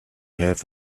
have